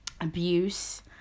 abuse